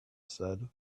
said